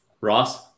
Ross